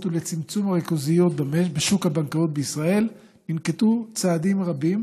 ולצמצום הריכוזיות בשוק הבנקאות בישראל ננקטו צעדים רבים,